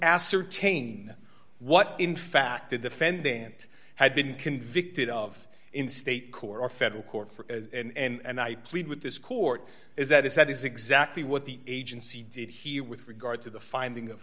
ascertain what in fact the defendant had been convicted of in state court or federal court for and i plead with this court is that is that is exactly what the agency did here with regard to the finding of